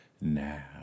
Now